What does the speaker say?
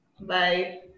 Bye